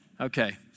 Okay